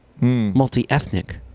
multi-ethnic